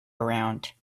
around